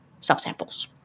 subsamples